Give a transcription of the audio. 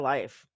Life